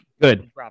good